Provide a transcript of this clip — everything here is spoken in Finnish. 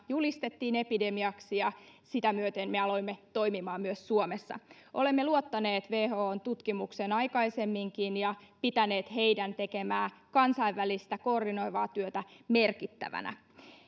julistettiin epidemiaksi ja sitä myöten me me aloimme toimimaan myös suomessa olemme luottaneet whon tutkimukseen aikaisemminkin ja pitäneet heidän tekemäänsä kansainvälistä koordinoivaa työtä merkittävänä